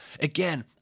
again